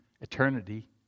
eternity